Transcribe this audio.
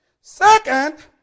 second